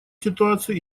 ситуацию